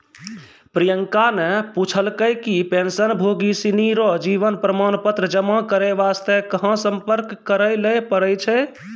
प्रियंका ने पूछलकै कि पेंशनभोगी सिनी रो जीवन प्रमाण पत्र जमा करय वास्ते कहां सम्पर्क करय लै पड़ै छै